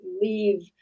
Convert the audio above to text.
leave